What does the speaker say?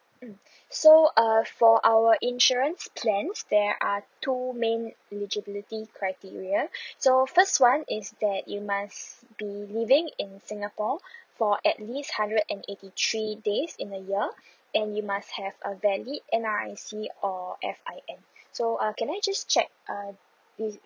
mm so err for our insurance plans there are two main eligibility criteria so first one is that you must be living in singapore for at least hundred and eighty three days in a year and you must have a valid N_R_I_C or F_I_N so uh can I just check uh is